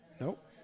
Nope